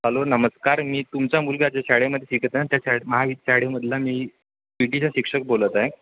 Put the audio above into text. hello नमस्कार मी तुमच्या मुलगा ज्या शाळेमध्ये शिकत आहे त्या शा माहा शाळेमधला मी पी टीचा शिक्षक बोलत आहे